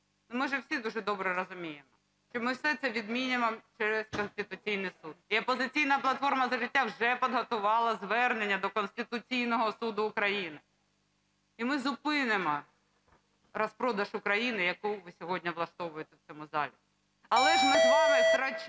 Ми ж всі дуже добре розуміємо, що ми все це відмінимо через Конституційний Суд, і "Опозиційна платформа – За життя" вже підготувала звернення до Конституційного Суду України. У ми зупинимо розпродаж України, який ви сьогодні влаштовуєте в цьому залі. Але ж ми з вами втрачаємо